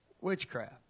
witchcraft